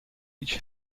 each